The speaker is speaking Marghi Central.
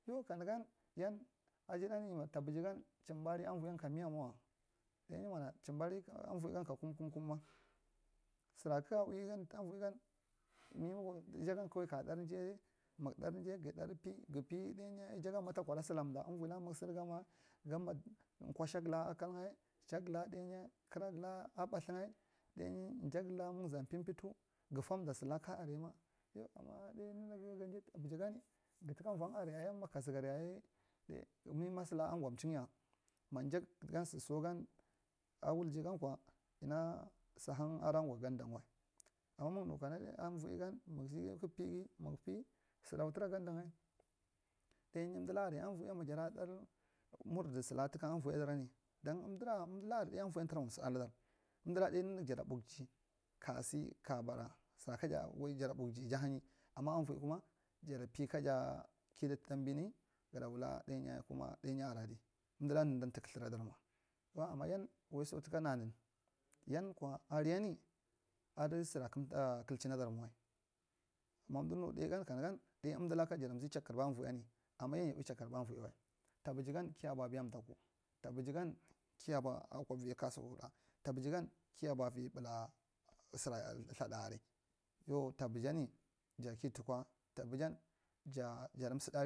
Yau kanugan yin ajadaini tabijan chimbari amboiein ka miyama ɗainyi mang chimba ri amvoein ka kum- kum kumma sura kakga ui gan avo angan miko ujigan kawai kaɗarjai mung ɗanjai gaɗarpi gapi ujiganma ɗakuɗa silamda uvoila mung sedigamma gamma kushaakla akai nga chakla rainyi karakla a mɓathang nga ɗainyi jakla munza chidchid ga fwamda sulaka araima yau ama ɗai nunuge ɓai nunuge ɓuyigan gatuka vaung araiyayi maka zugar yayai mima sila agura. Nchingya ma njak gah saɗso gan awuljegankwa ngna su nang ada gwa gaddan wai ama mungnukana avoeigan mung sea ndk nigel su ɗau tuda gadda nga ɗai umdila aria avoein jara ɗar murdi sula tuka avo eidaran don amdira amdila aria dom avodin ma tudamwa samaa lada amdila ɗainunuge jada ɓukji jahanyi ama avoeikuma jada mikaja kedu zambini gadawula ɗainyi kuma ɗunyi aria adi, umdilan nuge tu kɗthur radarma yau ama yan waiso tuka na nun yanawa arini adu sara kanta kdidunnadurmawai mandu. Miɗai gon kanugan ɗai umdeta jada mzee chakdrba avoein ama yan ya ui chakarba aro eiwai, tabijigan kiya bwi baya mdaku. Tabijigan kiya bui akwa vi kasukuɗa tabidigan kiya bui vi ɓula sura lthaɗa aria yau tabijini jakitukwa ja jadu sam ɗari.